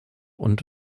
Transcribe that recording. und